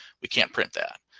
we can't print that.